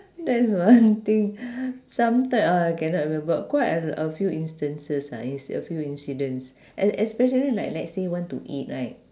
that's one thing some ti~ uh cannot remember quite a a few instances ah it's a few incidents es~ especially like let's say want to eat right